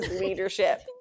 leadership